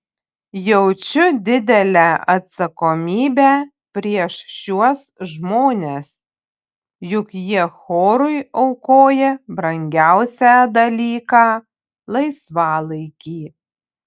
jaučiu didelę atsakomybę prieš šiuos žmones juk jie chorui aukoja brangiausią dalyką laisvalaikį